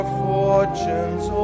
fortunes